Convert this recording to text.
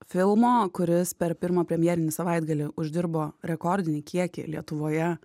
filmo kuris per pirmą premjerinį savaitgalį uždirbo rekordinį kiekį lietuvoje